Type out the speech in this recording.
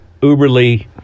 uberly